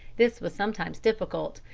this was sometimes difficult,